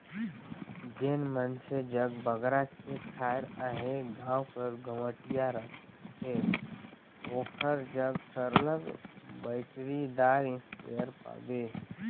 जेन मइनसे जग बगरा खेत खाएर अहे गाँव कर गंवटिया रहथे ओकर जग सरलग बइटरीदार इस्पेयर पाबे